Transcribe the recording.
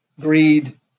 greed